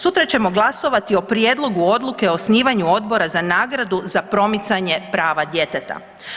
Sutra ćemo glasovati o Prijedlogu Odluke o osnivanju Odbora za nagradu za promicanje prava djeteta.